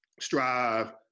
strive